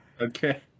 Okay